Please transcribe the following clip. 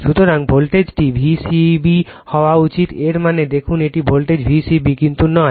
সুতরাং ভোল্টেজটি V c b হওয়া উচিত এর মানে দেখুন এটি ভোল্টেজ V c b কিন্তু নয়